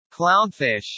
Clownfish